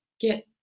get